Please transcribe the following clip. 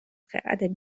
خرد